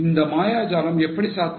இந்த மாயாஜாலம் எப்படி சாத்தியம்